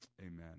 amen